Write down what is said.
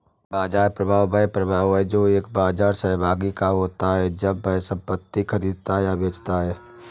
बाजार प्रभाव वह प्रभाव है जो एक बाजार सहभागी का होता है जब वह संपत्ति खरीदता या बेचता है